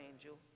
angel